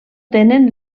tenen